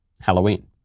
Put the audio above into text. Halloween